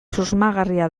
susmagarria